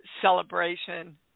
celebration